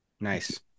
Nice